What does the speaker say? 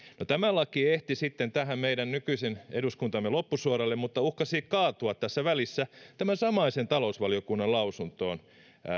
no tämä laki ehti sitten tähän meidän nykyisen eduskuntamme loppusuoralle mutta uhkasi kaatua tässä välissä tämän samaisen talousvaliokunnan lausuntoon